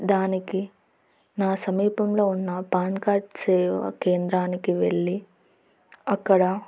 దానికి నా సమీపంలో ఉన్న పాన్ కార్డ్ సేవా కేంద్రానికి వెళ్ళి అక్కడ